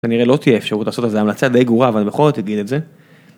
‫כנראה לא תהיה אפשרות לעשות את זה, ‫המלצה די גרועה, ‫אבל אני בכל זאת אהגיד את זה.